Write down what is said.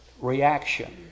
reaction